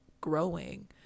growing